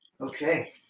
Okay